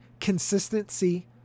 Consistency